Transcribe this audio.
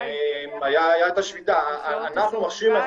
הייתה את השביתה, מכשיר ה-